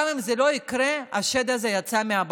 גם אם זה לא יקרה, השד הזה יצא מהבקבוק.